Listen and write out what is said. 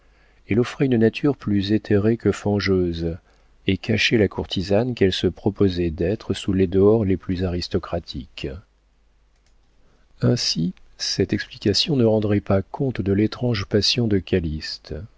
elle offrait une nature plus éthérée que fangeuse et cachait la courtisane qu'elle se proposait d'être sous les dehors les plus aristocratiques ainsi cette explication ne rendrait pas compte de l'étrange passion de calyste